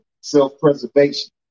self-preservation